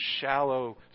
shallow